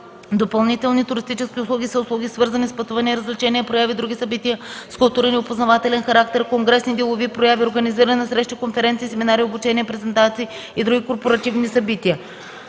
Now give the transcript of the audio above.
„Допълнителни туристически услуги” са услуги, свързани с пътувания, развлечения, прояви и други събития с културен и опознавателен характер, конгресни и делови прояви (организиране на срещи, конференции, семинари, обучения, презентации и други корпоративни събития),